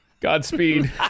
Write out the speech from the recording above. Godspeed